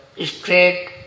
straight